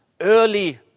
early